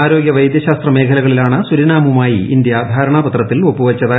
ആരോഗ്യ വൈദ്യശാസ്ത്ര മേഖലകളിലാണ് സുരിനാമുമായി ഇന്ത്യ ധാരണാപത്രത്തിൽ ഒപ്പുവച്ചത്